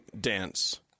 dance